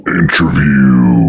interview